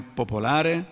popolare